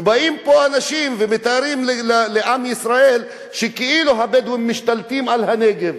ובאים לפה אנשים ומתארים לעם ישראל כאילו הבדואים משתלטים על הנגב.